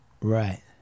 Right